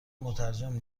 مترجم